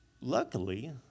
luckily